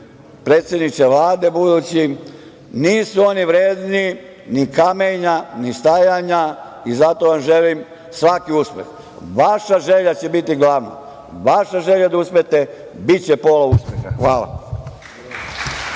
predsedniče Vlade, nisu oni vredni ni kamenja, ni stajanja i zato vam želim svaki uspeh. Vaša želja će biti glavna, vaša želja da uspete biće pola uspeha. Hvala.